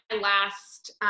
last